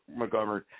McGovern